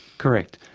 correct.